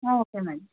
okay madam